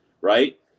right